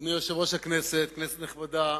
אדוני היושב-ראש, כנסת נכבדה,